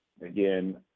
Again